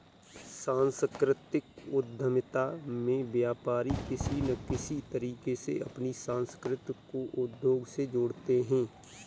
सांस्कृतिक उद्यमिता में व्यापारी किसी न किसी तरीके से अपनी संस्कृति को उद्योग से जोड़ते हैं